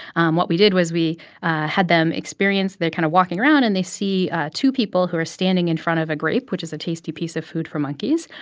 and what we did was we had them experience they're kind of walking around, and they see ah two people who are standing in front of a grape, which is a tasty piece of food for monkeys.